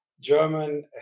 German